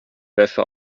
wäsche